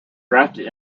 drafted